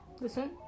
Listen